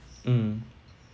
um